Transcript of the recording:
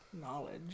knowledge